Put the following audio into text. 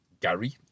Gary